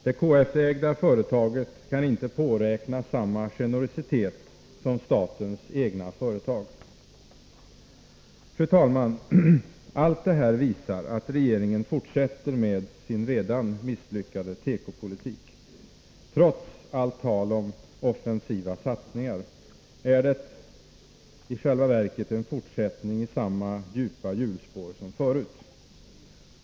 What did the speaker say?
Det KF-ägda företaget kan inte påräkna samma generositet som statens egna företag. Fru talman! Allt det här visar att regeringen fortsätter med sin redan misslyckade tekopolitik. Trots allt tal om offensiva satsningar är det i själva verket en fortsättning i samma djupa hjulspår som förut.